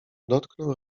dotknął